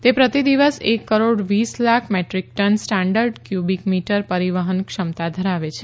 તે પ્રતિ દિવસ એક કરોડ વીસ lakh metric ton standard cubic metre પરીવહન ક્ષમતા ધરાવે છે